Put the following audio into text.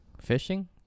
fishing